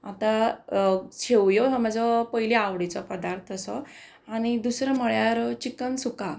आतां शेवयो हो म्हजो पयली आवडीचो पदार्थ असो आनी दुसरो म्हळ्यार चिकन सुका